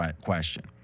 question